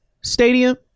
Stadium